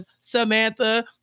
Samantha